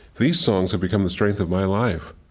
these songs have become the strength of my life.